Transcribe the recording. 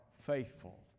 faithful